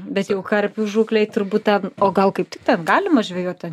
bet jau karpių žūklei turbūt ten o gal kaip tik ten galima žvejot ten